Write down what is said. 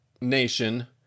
nation